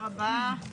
הישיבה ננעלה בשעה